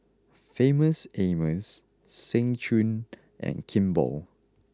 Famous Amos Seng Choon and Kimball